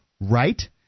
right